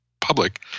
public